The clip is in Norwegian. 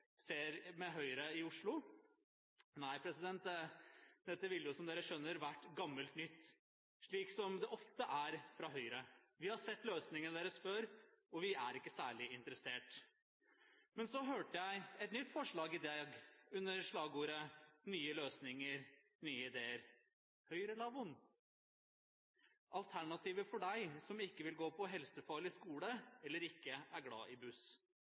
ser med Høyre i Oslo? Nei, dette ville jo, som dere skjønner, vært gammelt nytt, slik som det ofte er fra Høyre. Vi har sett løsningene deres før, og vi er ikke særlig interessert. Men så hørte jeg et nytt forslag i dag under slagordet om nye løsninger og nye ideer – Høyre-lavvoen, alternativet for deg som ikke vil gå på helsefarlig skole eller ikke er glad i buss.